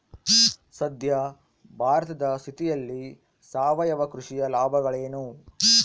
ಸದ್ಯ ಭಾರತದ ಸ್ಥಿತಿಯಲ್ಲಿ ಸಾವಯವ ಕೃಷಿಯ ಲಾಭಗಳೇನು?